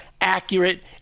Accurate